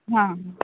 हाँ